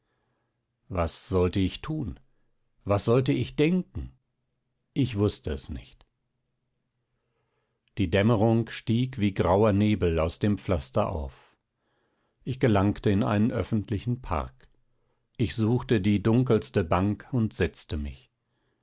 was sollte ich tun was sollte ich denken ich wußte es nicht die dämmerung stieg wie grauer nebel aus dem pflaster auf ich gelangte in einen öffentlichen park ich suchte die dunkelste bank und setzte mich